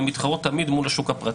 והן מתחרות תמיד מול השוק הפרטי.